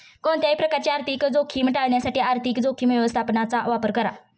कोणत्याही प्रकारची आर्थिक जोखीम टाळण्यासाठी आर्थिक जोखीम व्यवस्थापनाचा वापर करा